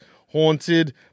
haunted